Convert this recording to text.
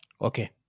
Okay